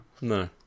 No